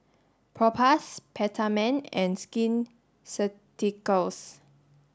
Propass Peptamen and Skin Ceuticals